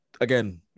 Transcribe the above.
Again